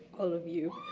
all of you.